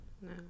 No